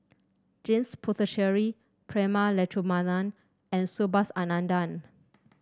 James Puthucheary Prema Letchumanan and Subhas Anandan